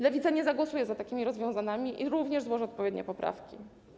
Lewica nie zagłosuje za takimi rozwiązaniami i również złoży odpowiednie poprawki.